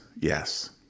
yes